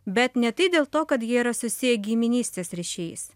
bet ne tik dėl to kad jie yra susiję giminystės ryšiais